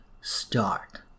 start